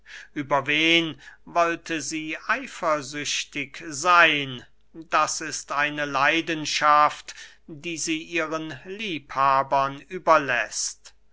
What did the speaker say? über wen wollte sie eifersüchtig seyn das ist eine leidenschaft die sie ihren liebhabern überläßt